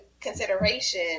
consideration